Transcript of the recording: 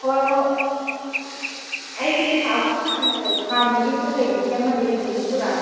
ꯍꯣꯏ ꯍꯣꯏ ꯑꯩꯒꯤ ꯑꯩꯈꯣꯏ ꯍꯥꯟꯅ ꯍꯥꯟꯅ ꯌꯨꯝꯗ ꯂꯩꯕꯒꯤ ꯑꯃꯗꯤ ꯂꯩꯕꯅꯤ ꯑꯗꯨ ꯄꯨꯔꯛꯑꯒꯦ